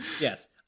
Yes